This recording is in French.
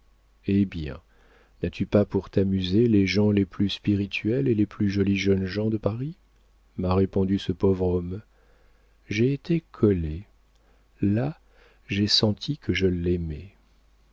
eh bien n'as-tu pas pour t'amuser les gens les plus spirituels et les plus jolis jeunes gens de paris m'a répondu ce pauvre homme j'ai été collée là j'ai senti que je l'aimais